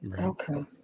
Okay